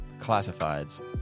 classifieds